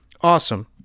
Awesome